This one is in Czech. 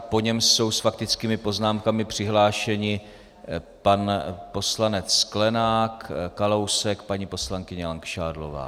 Po něm jsou s faktickými poznámkami přihlášeni pan poslanec Sklenák, Kalousek, paní poslankyně Langšádlová.